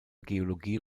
geologie